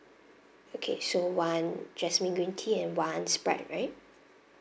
okay so one jasmine green tea and one sprite right